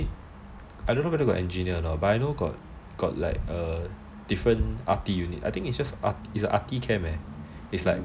I don't know whether got engineers or not but I think got like different ARTI unit it's an ARTI camp eh